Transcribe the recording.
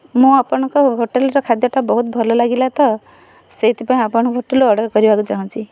ମୁଁ ଆପଣଙ୍କ ହୋଟେଲ୍ର ଖାଦ୍ୟଟା ବହୁତ ଭଲ ଲାଗିଲା ତ ସେଥିପାଇଁ ଆପଣଙ୍କ ହୋଟେଲ୍ରୁ ଅର୍ଡ଼ର୍ କରିବାକୁ ଚାହୁଁଛି